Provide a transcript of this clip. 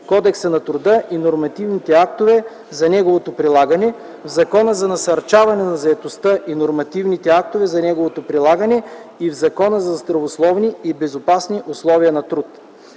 Кодекса на труда и нормативните актове за неговото прилагане, в Закона за насърчаване на заетостта и нормативните актове за неговото прилагане и в Закона за здравословни и безопасни условия на труд.